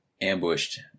ambushed